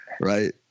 right